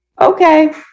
okay